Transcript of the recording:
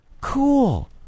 Cool